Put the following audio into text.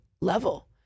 level